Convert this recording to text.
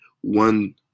one